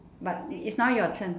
but it's now your turn